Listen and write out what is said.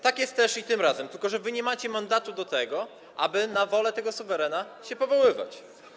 Tak jest też tym razem, tylko że wy nie macie mandatu, aby na wolę tego suwerena się powoływać.